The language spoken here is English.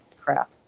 crap